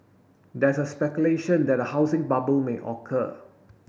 there's a speculation that a housing bubble may occur